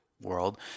world